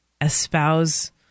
espouse